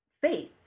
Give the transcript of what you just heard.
faith